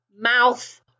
mouth